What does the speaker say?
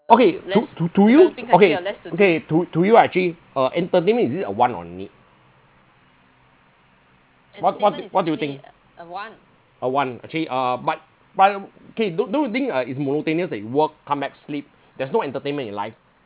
okay to to to you okay okay to to you ah actually uh entertainment is it a want or a need what what what do you think a want actually uh but but K don't don't you think uh it's monotonous they work come back sleep there's no entertainment in life